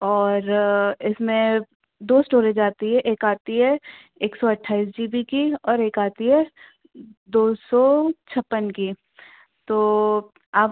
और इसमें दो इस्टोरेज आती है एक आती है एक सौ अट्ठाइस जी बी की और एक आती है दो सौ छप्पन की तो आप